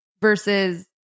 versus